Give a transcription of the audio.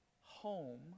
home